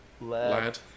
Lad